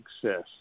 success